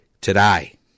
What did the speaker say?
today